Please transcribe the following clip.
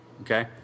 Okay